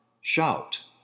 Shout